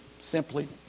simply